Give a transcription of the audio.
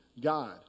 God